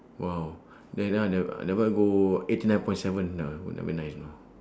!wow! that that one I never I never go eighty nine point seven never go that one nice or not ah